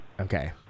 Okay